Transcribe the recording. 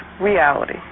reality